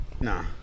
Nah